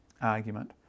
argument